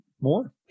more